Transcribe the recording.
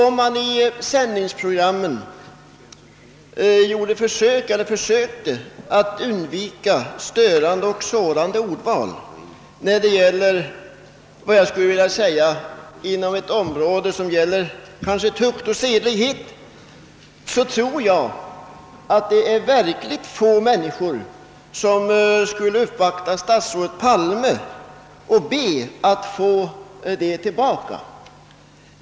Om man i programmen försökte undvika ordval som är stötande och sårande för tukt och sedlighet, tror jag att mycket få människor skulle uppvaktå statsrådet Palme och be att få tillbaka detta ordval.